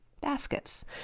Baskets